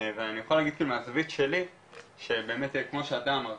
ואני יכול להגיד מהזווית שלי שבאמת כמו שאתה אמרת,